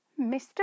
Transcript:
Mr